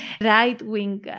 right-wing